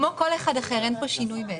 כמו כל אחד אחר, אין כאן שינוי.